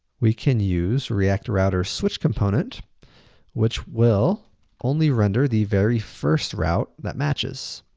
we can use react router switch component which will only render the very first route that matches.